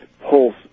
pulse